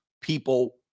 people